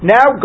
Now